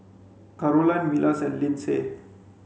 Carolann Milas and Lynsey